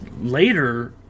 later